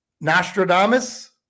Nostradamus